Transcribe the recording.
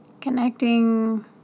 Connecting